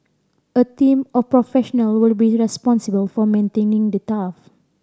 a team of professional will be responsible for maintaining the turf